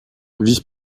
vice